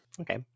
Okay